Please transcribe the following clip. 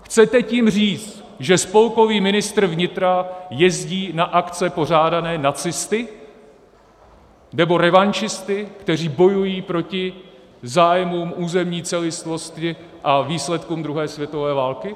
Chcete tím říct, že spolkový ministr vnitra jezdí na akce pořádané nacisty nebo revanšisty, kteří bojují proti zájmům územní celistvosti a výsledkům druhé světové války?